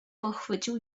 pochwycił